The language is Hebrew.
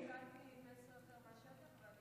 אני קיבלתי מסר אחר מהשטח.